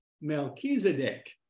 Melchizedek